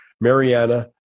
Mariana